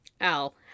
Al